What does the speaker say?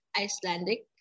Icelandic